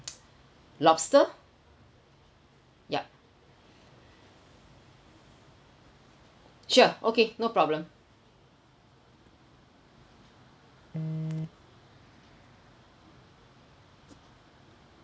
lobster yup sure okay no problem